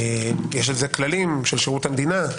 יש על זה כללים של שירות המדינה.